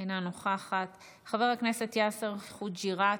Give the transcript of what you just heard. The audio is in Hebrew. אינה נוכחת, חבר הכנסת יאסר חוג'יראת,